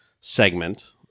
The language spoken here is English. segment